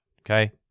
okay